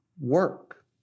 work